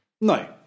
No